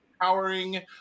powering